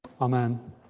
Amen